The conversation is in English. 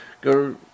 go